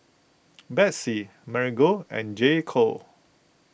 Betsy Marigold and J Co